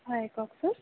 হয় কওকচোন